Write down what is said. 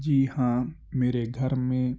جی ہاں میرے گھر میں